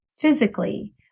physically